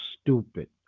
stupid